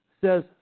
says